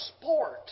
sport